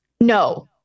No